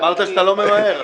אמרת שאתה לא ממהר.